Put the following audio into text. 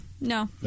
no